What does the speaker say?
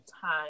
time